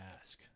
ask